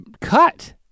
cut